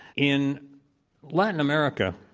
in latin america,